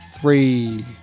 three